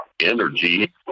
Energy